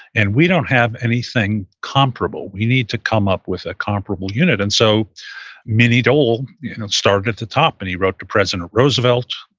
and we don't have anything comparable. we need to come up with a comparable unit. and so minnie dole started at the top, and he wrote to president roosevelt,